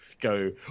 go